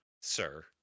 sir